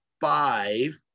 five